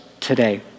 today